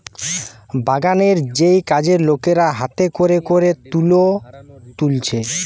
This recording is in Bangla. বাগানের যেই কাজের লোকেরা হাতে কোরে কোরে তুলো তুলছে